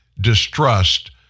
distrust